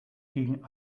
gegen